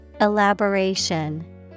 Elaboration